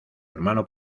hermano